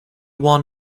won